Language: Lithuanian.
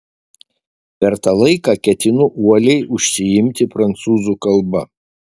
per tą laiką ketinu uoliai užsiimti prancūzų kalba